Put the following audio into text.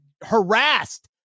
harassed